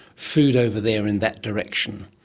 food over there in that direction,